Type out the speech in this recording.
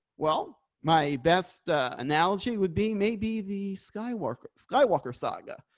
well, my best analogy would be maybe the skywalker skywalker saga.